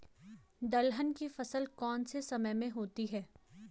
दलहन की फसल कौन से समय में होती है?